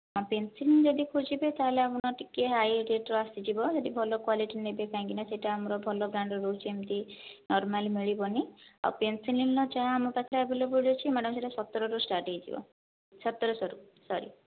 pencil heel ଯଦି ଖୋଜିବେ ତାହେଲେ ଆପଣ ଟିକେ ହାଇ ରେଟର ଆସିଯିବ ଯଦି ଭଲ କ୍ୱାଲିଟି ନେବେ କାହିଁକି ନା ସେହିଟା ଆମର ଭଲ ବ୍ରାଣ୍ଡ ର ରହୁଛି ଏମିତି ନର୍ମାଲି ମିଳିବନି ଆଉ ପେନସିଲ ହିଲ ର ଯାହା ଆମ ପାଖରେ ଆଭେଲେବୁଲ ଅଛି ମ୍ୟାଡ଼ାମ ସେହିଟା ସତର ରୁ ଷ୍ଟାର୍ଟ ହୋଇଯିବ ସତରଶହ ରୁ ସରି